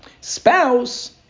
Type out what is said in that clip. Spouse